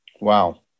Wow